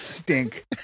Stink